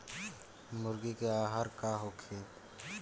मुर्गी के आहार का होखे?